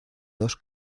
dos